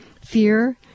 fear